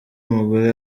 mugore